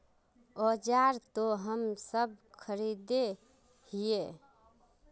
औजार तो हम सब खरीदे हीये?